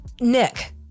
Nick